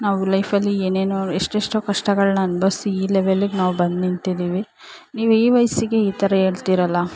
ನಾವು ಲೈಫಲ್ಲಿ ಏನೇನೋ ಎಷ್ಟೆಷ್ಟೋ ಕಷ್ಟಗಳನ್ನು ಅನುಭವ್ಸಿ ಈ ಲೆವೆಲ್ಲಿಗೆ ನಾವು ಬಂದು ನಿಂತಿದ್ದೀವಿ ನೀವು ಈ ವಯಸ್ಸಿಗೆ ಈ ಥರ ಹೇಳ್ತೀರಲ್ಲ